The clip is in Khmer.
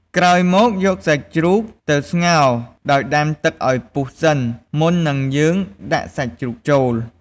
ក្រោយមក យកសាច់ជ្រូកទៅស្ងោរដោយ ដាំទឹកឱ្យពុះសិនមុននឹងយើង ដាក់សាច់ជ្រូកចូល ។